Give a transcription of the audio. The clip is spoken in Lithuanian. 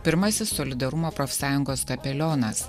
pirmasis solidarumo profsąjungos kapelionas